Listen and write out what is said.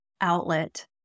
outlet